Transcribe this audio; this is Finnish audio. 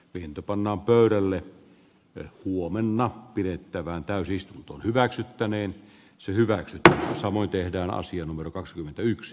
pientä pannaan pöydälle ja huomenna pidettävään täysistunto hyväksyttäneen syy hyväksytään samoin tehdään asia numero varapuhemies